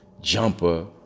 jumper